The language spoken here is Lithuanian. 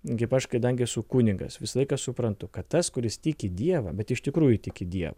kaip aš kadangi esu kunigas visą laiką suprantu kad tas kuris tiki dievą bet iš tikrųjų tiki dievą